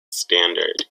standard